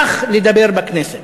כך לדבר בכנסת.